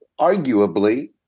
arguably